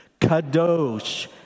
Kadosh